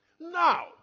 Now